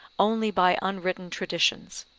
only by unwritten traditions?